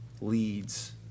leads